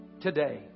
today